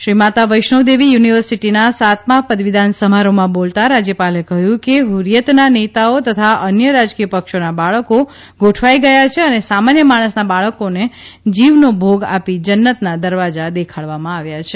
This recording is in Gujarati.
શ્રી માતા વૈષ્ણોદેવી યુનિવર્સિટીના સાતમા પદવીદાન સમારોહમાં બોલતાં રાજયપાલે કહ્યું કે હ્રરિયતના નેતાઓ તથા અન્ય રાજકીય પક્ષોનાં બાળકો ગોઠવાઇ ગયાં છે અને સામાન્ય માણસના બાળકોને જીવનો ભોગ આપી જન્નતના દરવાજા દેખાડવામાં આવ્યા છે